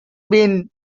been